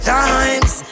times